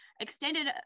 extended